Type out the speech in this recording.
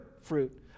fruit